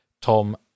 Tom